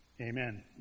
Amen